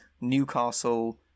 Newcastle